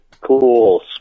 cool